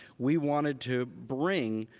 we wanted to bring